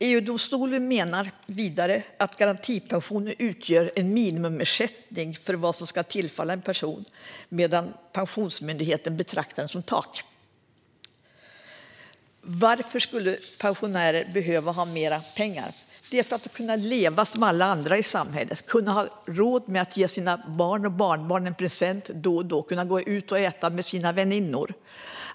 EU-domstolen menar vidare att garantipensionen utgör en minimiersättning för vad som ska tillfalla en person, medan Pensionsmyndigheten betraktar den som ett tak. Varför behöver då pensionärer mer pengar? Det är för att kunna leva som andra i samhället, att ha råd att ge sina barn och barnbarn en present då och då och att kunna gå ut och äta med sina väninnor.